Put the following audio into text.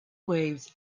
waves